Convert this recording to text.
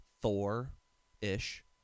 Thor-ish